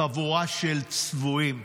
חבורה של צבועים.